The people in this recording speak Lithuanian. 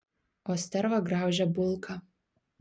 o sterva graužia bulką